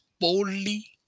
boldly